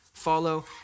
Follow